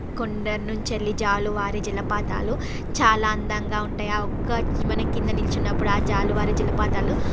కొండల నుంచి జాలు వారే జలపాతాలు చాలా అందంగా ఉంటాయి ఆ ఒక్క మనం కింద నిలిచునప్పుడు ఆ జాలు వారే జలపాతాలు ఆ